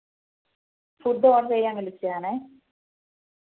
food order ചെയ്യാൻ വിളിച്ചതാണെ